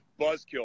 Buzzkill